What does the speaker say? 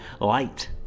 Light